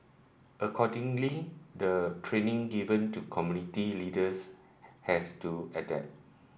accordingly the training given to community leaders has to adapt